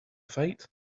fight